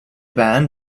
band